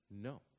No